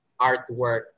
artwork